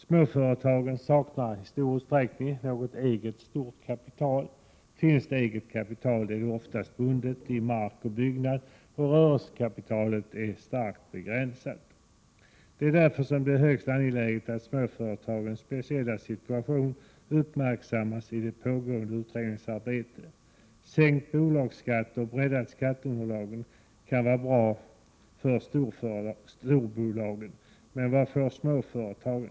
Småföretagen saknar i stor utsträckning eget stort kapital. Finns det eget kapital är det oftast bundet i mark och byggnader och rörelsekapitalet starkt begränsat. Därför är det högst angeläget att småföretagens speciella situation uppmärksammas i det pågående utredningsarbetet. Sänkt bolagsskatt och breddat skatteunderlag kan vara bra för storbolagen. Men vad får småföretagen?